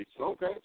Okay